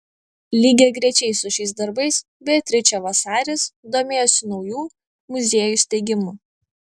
lygiagrečiai su šiais darbais beatričė vasaris domėjosi naujų muziejų steigimu